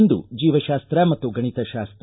ಇಂದು ಜೀವತಾಸ್ತ ಮತ್ತು ಗಣಿತಶಾಸ್ತ